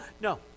No